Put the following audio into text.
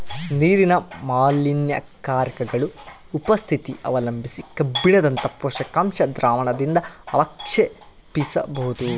ನೀರಿನ ಮಾಲಿನ್ಯಕಾರಕಗುಳ ಉಪಸ್ಥಿತಿ ಅವಲಂಬಿಸಿ ಕಬ್ಬಿಣದಂತ ಪೋಷಕಾಂಶ ದ್ರಾವಣದಿಂದಅವಕ್ಷೇಪಿಸಬೋದು